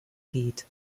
geht